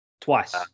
twice